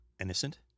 innocent